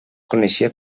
coneixia